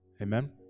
Amen